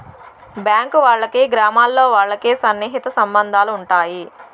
bank వాళ్ళకి గ్రామాల్లో వాళ్ళకి సన్నిహిత సంబంధాలు ఉంటాయి